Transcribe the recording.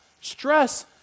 stress